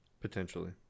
potentially